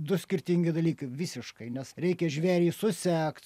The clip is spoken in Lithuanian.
du skirtingi dalykai visiškai nes reikia žvėrį susekt